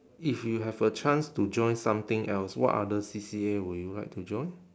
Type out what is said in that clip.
if you have a chance to join something else what other C_C_A would you like to join